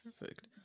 perfect